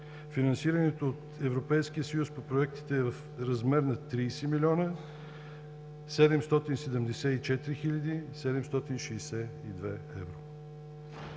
Финансирането от Европейския съюз по проектите е в размер на 30 млн. 774 хил. 762 евро.